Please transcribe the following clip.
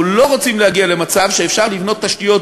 אנחנו לא רוצים להגיע למצב שאפשר לבנות תשתיות